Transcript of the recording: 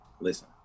listen